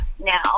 now